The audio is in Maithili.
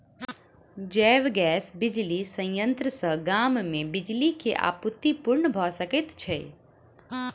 जैव गैस बिजली संयंत्र सॅ गाम मे बिजली के आपूर्ति पूर्ण भ सकैत छै